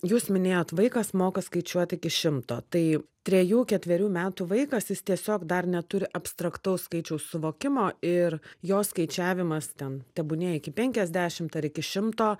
jūs minėjot vaikas moka skaičiuot iki šimto tai trejų ketverių metų vaikas jis tiesiog dar neturi abstraktaus skaičiaus suvokimo ir jo skaičiavimas ten tebūnie iki penkiasdešim ar iki šimto